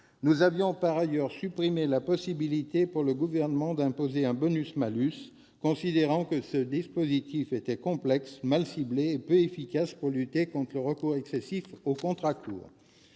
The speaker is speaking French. nous avions supprimé la possibilité pour le Gouvernement d'imposer un bonus-malus, considérant que ce dispositif était complexe, mal ciblé et serait peu efficace pour lutter contre le recours excessif aux contrats courts.